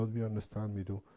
ah we understand, we do.